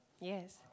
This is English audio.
Yes